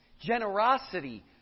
generosity